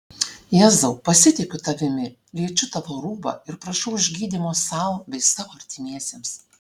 jėzau pasitikiu tavimi liečiu tavo rūbą ir prašau išgydymo sau bei savo artimiesiems